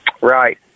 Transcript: right